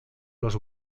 los